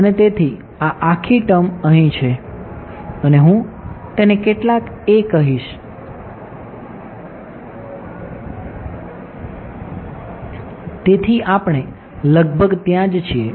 અને તેથી આ આખી ટર્મ અહીં છે અને હું તેને કેટલાક કહીશ તેથી આપણે લગભગ ત્યાં જ છીએ